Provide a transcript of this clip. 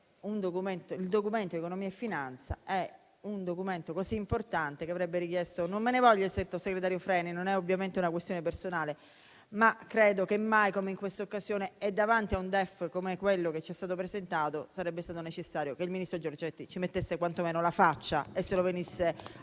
il Documento di economia e finanza sia un atto così importante che avrebbe richiesto la presenza del Ministro. Non me ne voglia il sottosegretario Freni, non è una questione personale, ma credo che mai come in questa occasione e davanti a un DEF come quello che ci è stato presentato sarebbe stato necessario che il ministro Giorgetti ci mettesse quantomeno la faccia e venisse a